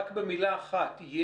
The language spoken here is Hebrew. רק במילה אחת,